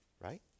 right